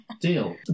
deal